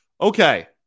Okay